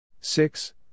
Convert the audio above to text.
Six